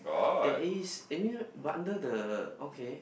there is I mean but under the okay